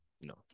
No